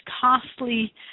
costly